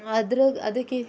ಅದ್ರ ಅದಕ್ಕೆ